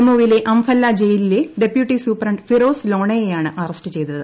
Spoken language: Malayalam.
ജമ്മുവിലെ അംഫല്ല ജയിലിലെ ഡപ്യൂട്ടി സൂപ്രണ്ട് ഫിറോസ് ലോണയെയാണ് അറസ്റ്റ് ചെയ്തത്